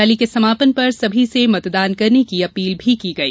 rally के समापन पर सभी से मतदान करने की अपील भी की गई